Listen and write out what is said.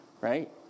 right